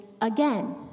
again